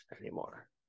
anymore